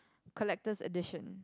collector's edition